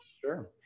sure